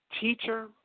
teacher